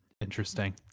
Interesting